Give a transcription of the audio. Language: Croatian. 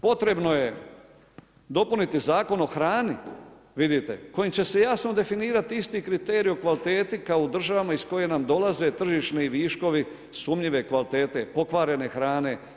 Potrebno je dopuniti Zakon o hrani, vidite, kojim će se jasno definirati isti kriterij o kvaliteti kao u državama iz koje nam dolaze tržišni viškovi sumnjive kvalitete, pokvarene hrane.